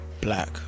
Black